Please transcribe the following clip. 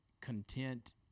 content